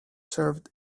served